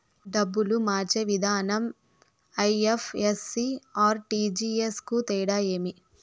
డబ్బులు మార్చే విధానం ఐ.ఎఫ్.ఎస్.సి, ఆర్.టి.జి.ఎస్ కు తేడా ఏమి?